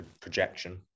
projection